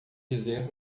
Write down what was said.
dizer